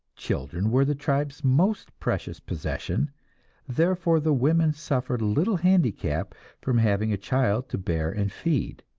children were the tribe's most precious possession therefore the woman suffered little handicap from having a child to bear and feed.